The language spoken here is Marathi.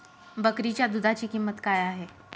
बकरीच्या दूधाची किंमत काय आहे?